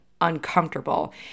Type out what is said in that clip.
uncomfortable